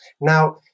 Now